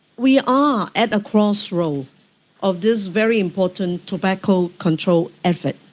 we are at a crossroads of this very important tobacco control effort.